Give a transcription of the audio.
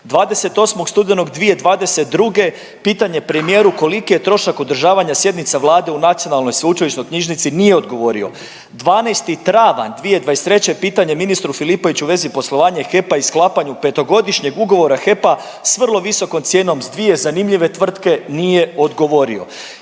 28. studenog 2022. pitanje premijeru koliki je trošak održavanja sjednica Vlade u Nacionalnoj sveučilišnoj knjižnici nije odgovorio, 12. travanj 2023. pitanje ministru Filipoviću u vezi poslovanja HEP-a i sklapanja petogodišnjeg ugovora HEP-a s vrlo visokom cijenom s dvije zanimljive tvrtke nije odgovorio.